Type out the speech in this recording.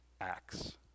acts